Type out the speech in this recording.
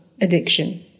addiction